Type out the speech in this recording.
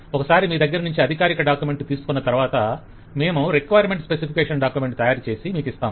ఒక సారి మీ దగ్గరనుంచి అధికారిక డాక్యుమెంట్ తీసుకొన్న తరువాత మేము రిక్వైర్మెంట్ స్పెసిఫికేషన్ డాక్యుమెంట్ తయారుచేసి మీకిస్తాం